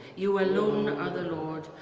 you alone are the lord,